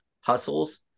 hustles